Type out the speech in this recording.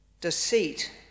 deceit